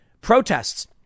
protests